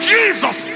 Jesus